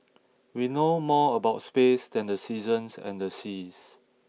we know more about space than the seasons and the seas